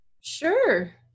Sure